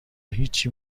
هیچی